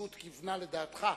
שהנשיאות כיוונה לדעתך.